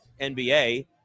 NBA